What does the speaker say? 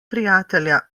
prijatelja